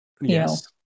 Yes